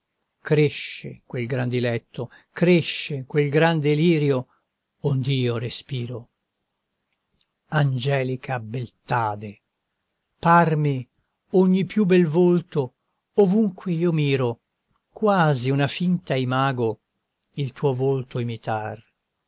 cresce quel gran diletto cresce quel gran delirio ond'io respiro angelica beltade parmi ogni più bel volto ovunque io miro quasi una finta imago il tuo volto imitar